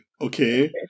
okay